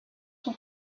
son